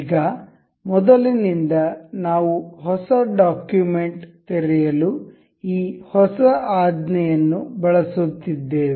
ಈಗ ಮೊದಲಿನಿಂದ ನಾವು ಹೊಸ ಡಾಕ್ಯುಮೆಂಟ್ ತೆರೆಯಲು ಈ ಹೊಸ ಆಜ್ಞೆಯನ್ನು ಬಳಸುತ್ತಿದ್ದೇವೆ